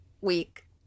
week